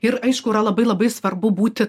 ir aišku yra labai labai svarbu būti